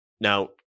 Now